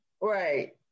Right